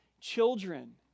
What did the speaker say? children